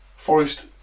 Forest